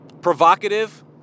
provocative